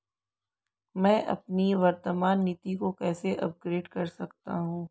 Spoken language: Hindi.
मैं अपनी वर्तमान नीति को कैसे अपग्रेड कर सकता हूँ?